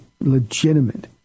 legitimate